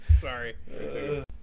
Sorry